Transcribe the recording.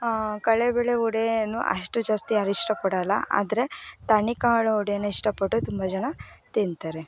ಕಡ್ಲೆಬೇಳೆ ವಡೆ ಏನು ಅಷ್ಟು ಜಾಸ್ತಿ ಯಾರೂ ಇಷ್ಟಪಡೋಲ್ಲ ಆದರೆ ತಣಿಕಾಳು ವಡೆನ ಇಷ್ಟಪಟ್ಟು ತುಂಬ ಜನ ತಿಂತಾರೆ